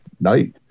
night